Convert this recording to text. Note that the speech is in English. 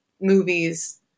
movies